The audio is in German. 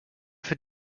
für